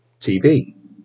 TV